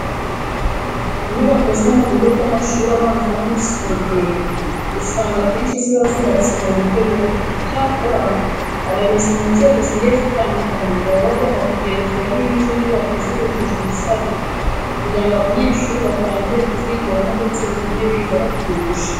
Inyubako zo mu bigo by'amashuri abanza n'ayisumbuye usanga akenshi ziba zubatse mu buryo bumwe. Icyakora abayobozi mu nzego zigiye zitandukanye baba bagomba kugenzura niba izo nyubako zujuje ibisabwa kugira ngo abanyeshuri batangire kuzigiramo ndetse bitume biga batuje.